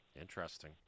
Interesting